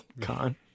con